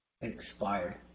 expired